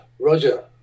Roger